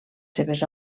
seves